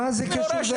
מה זה קשור?